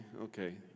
okay